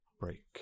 break